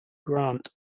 grant